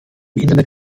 internet